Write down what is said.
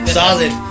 solid